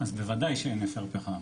אז בוודאי שאין אפר פחם.